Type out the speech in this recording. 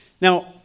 Now